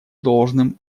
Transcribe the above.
должным